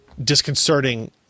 disconcerting